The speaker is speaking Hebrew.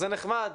זה נחמד.